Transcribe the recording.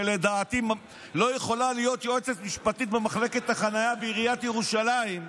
שלדעתי לא יכולה להיות יועצת משפטית במחלקת החניה בעיריית ירושלים,